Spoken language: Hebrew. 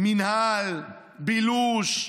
מינהל, בילוש,